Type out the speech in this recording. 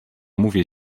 mówię